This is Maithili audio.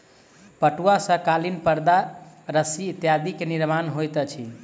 पटुआ सॅ कालीन परदा रस्सी इत्यादि के निर्माण होइत अछि